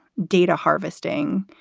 data harvesting.